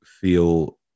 feel